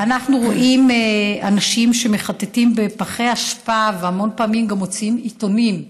אנחנו רואים אנשים שמחטטים בפחי אשפה והמון פעמים גם מוציאים עיתונים.